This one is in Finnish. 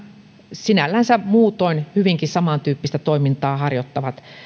sinällänsä muutoin hyvinkin samantyyppistä toimintaa harjoittavat